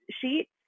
Sheets